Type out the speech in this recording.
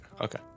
okay